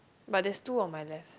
but there's two on my left